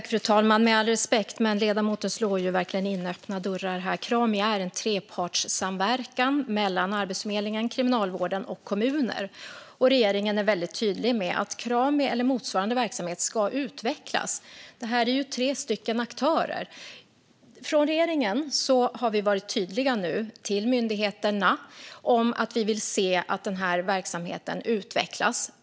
Fru talman! Med all respekt: Ledamoten slår verkligen in öppna dörrar här. Krami är en trepartssamverkan mellan Arbetsförmedlingen, Kriminalvården och kommuner. Regeringen är väldigt tydlig med att Krami eller motsvarande verksamhet ska utvecklas. Det är tre aktörer. Från regeringen har vi nu varit tydliga för myndigheterna om att vi vill se den här verksamheten utvecklas.